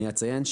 אני אציין,